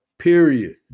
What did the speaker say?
period